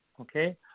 Okay